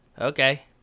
Okay